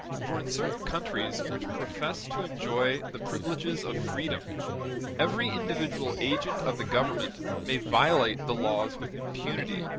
for in certain countries which profess to enjoy the privileges of freedom every individual agent of the government may violate the laws with impunity,